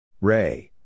Ray